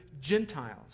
Gentiles